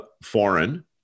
foreign